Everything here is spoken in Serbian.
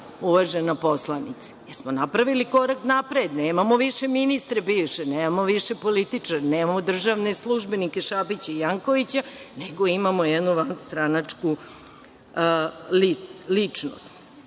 uvažena poslanice. Napravili smo korak napred, nemamo više ministre bivše, nemamo više političare, nemamo državne službenike, Šabića i Jankovića, nego imamo jednu vanstranačku ličnost. Znači,